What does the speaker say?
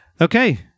Okay